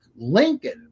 lincoln